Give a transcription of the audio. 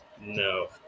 No